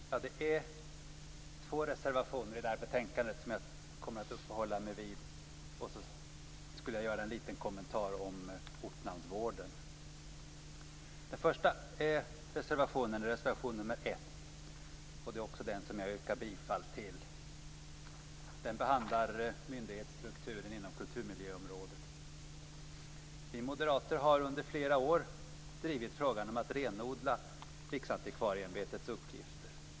Fru talman! Det är två reservationer i detta betänkande som jag kommer att uppehålla mig vid. Dessutom skall jag litet grand kommentera ortnamnsvården. I reservation 1, som jag yrkar bifall till, behandlas myndighetsstrukturen inom kulturmiljöområdet. Vi moderater har under flera år drivit frågan om att renodla Riksantikvarieämbetets, RAÄ:s, uppgifter.